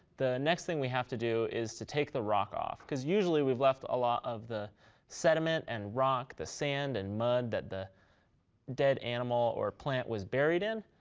the next thing we have to do is to take the rock off. cause usually we've left a lot of the sediment and rock, the sand and mud that the dead animal or plant was buried in.